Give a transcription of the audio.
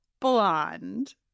Blonde